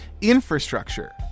infrastructure